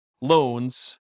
loans